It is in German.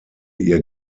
ihr